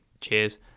cheers